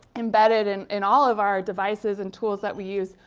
embedded and in all of our devices and tools that we use.